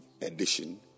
edition